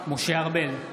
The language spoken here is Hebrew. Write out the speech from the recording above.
משה ארבל,